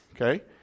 Okay